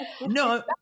No